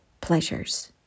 pleasures